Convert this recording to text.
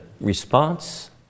response